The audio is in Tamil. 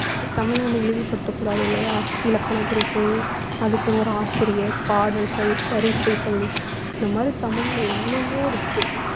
தமிழை நம்ம இழிவுப்படுத்த கூடாது இல்லையா இலக்கண குறிப்பு அதுக்குன்னு ஒரு ஆசிரியர் பாடல்கள் வரிசைகள் இந்தமாதிரி தமிழில் எவ்வளவோ இருக்கு